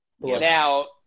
Now